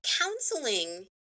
counseling